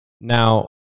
Now